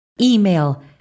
email